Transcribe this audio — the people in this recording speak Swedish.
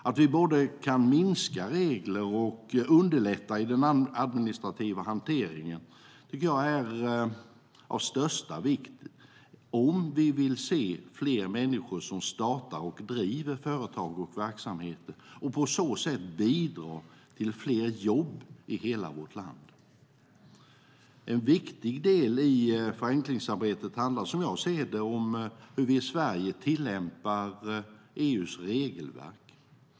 Att vi både kan minska regler och underlätta i den administrativa hanteringen av dessa är av största vikt om vi vill se att fler människor startar och driver företag och på det viset bidrar till fler jobb i hela landet. En viktig del i regelförenklingsarbetet handlar om hur vi i Sverige tillämpar EU:s regelverk.